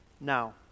Now